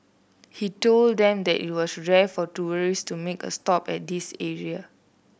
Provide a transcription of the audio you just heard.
he told them that it was rare for tourists to make a stop at this area